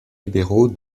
libéraux